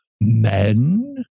men